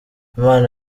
imana